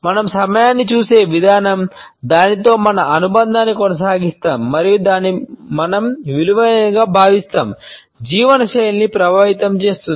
మనం సమయాన్ని చూసే విధానం దానితో మన అనుబంధాన్ని కొనసాగిస్తాము మరియు దానిని మనం విలువైనదిగా భావిస్తాము జీవనశైలిని ప్రభావితం చేస్తుంది